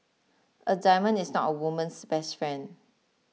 a diamond is not a woman's best friend